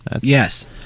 Yes